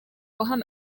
باهم